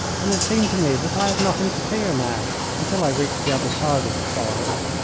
and it seemed to me that i had nothing to fear now until i reached the other side of the forest.